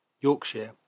Yorkshire